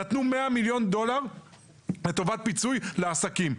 נתנו 100 מיליון דולר לטובת פיצוי לעסקים.